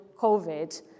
COVID